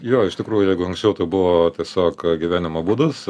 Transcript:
jo iš tikrųjų jeigu anksčiau tai buvo tiesiog gyvenimo būdas